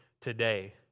today